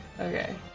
Okay